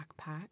backpack